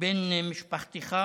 בן משפחתך,